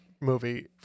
movie